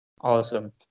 Awesome